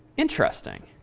interesting.